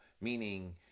meaning